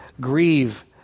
grieve